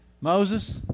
Moses